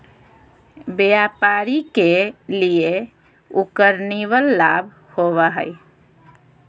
व्यापारी के लिए उकर निवल लाभ होबा हइ